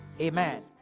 Amen